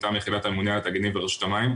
מטעם יחידת הממונה על התאגידים ברשות המים,